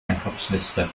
einkaufsliste